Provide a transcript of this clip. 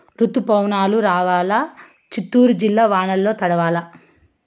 రుతుపవనాలు రావాలా చిత్తూరు జిల్లా వానల్ల తడవల్ల